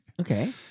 Okay